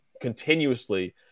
continuously